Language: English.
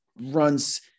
runs